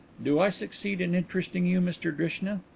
do i succeed in interesting you, mr drishna?